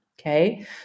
okay